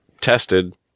tested